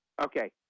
Okay